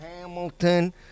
Hamilton